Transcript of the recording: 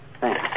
Thanks